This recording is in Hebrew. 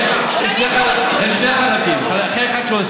יש שני חלקים: יש חלק אחד שעושה,